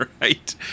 right